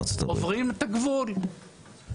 עוברים את הגבול.